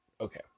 Okay